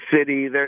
City